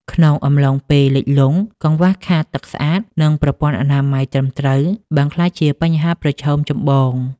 ក្នុងអំឡុងពេលលិចលង់ កង្វះខាតទឹកស្អាត និងប្រព័ន្ធអនាម័យត្រឹមត្រូវបានក្លាយជាបញ្ហាប្រឈមចម្បង។